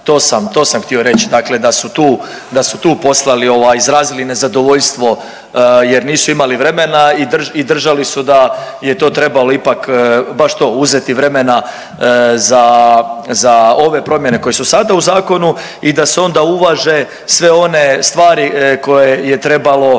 to sam htio reći, dakle da su tu poslali, ovaj, izrazili nezadovoljstvo jer nisu imali vremena i držali su da je to trebalo ipak, baš to, uzeti vremena za ove promjene koje su sada u zakonu i da se onda uvaže sve one stvari koje je trebalo,